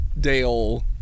Dale